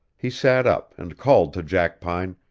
he sat up and called to jackpine,